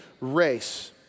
race